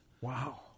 Wow